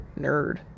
nerd